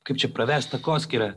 kaip čia pravest takoskyrą